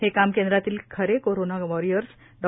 हे काम केंद्रातील खरे कोरोना वॉरियर्स डॉ